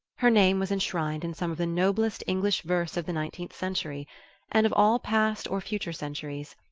her name was enshrined in some of the noblest english verse of the nineteenth century and of all past or future centuries,